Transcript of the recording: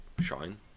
shine